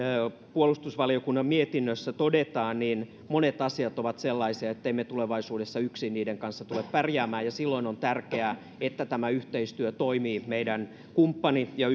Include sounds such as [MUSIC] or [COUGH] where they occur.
puolustusvaliokunnan mietinnössä todetaan monet asiat ovat sellaisia ettemme me tulevaisuudessa yksin niiden kanssa tule pärjäämään ja silloin on tärkeää että tämä yhteistyö toimii meidän kumppani ja [UNINTELLIGIBLE]